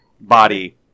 body